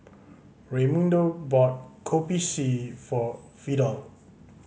Raymundo bought Kopi C for Vidal